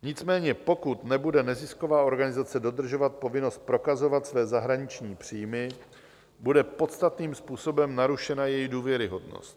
Nicméně pokud nebude nezisková organizace dodržovat povinnost prokazovat své zahraniční příjmy, bude podstatným způsobem narušena její důvěryhodnost.